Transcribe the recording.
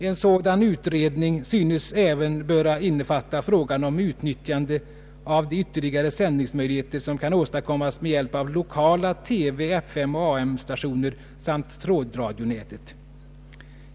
En sådan utredning synes även böra innefatta frågan om nyttjande av de ytterligare sändningsmöjligheter, som kan åstadkommas med hjälp av lokala TV-, FM och AM-stationer samt trådradionätet.